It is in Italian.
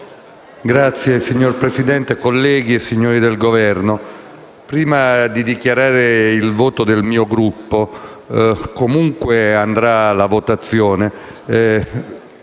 PLI))*. Signor Presidente, colleghi, signori del Governo, prima di dichiarare il voto del mio Gruppo, comunque andrà la votazione